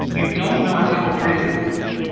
you don't know how real it was.